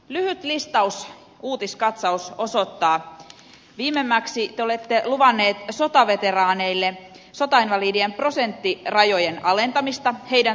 lyhyt listaus uutiskatsaus osoittaa että viimemmäksi te olette luvannut sotaveteraaneille sotainvalidien prosenttirajojen alentamista heidän tuessaan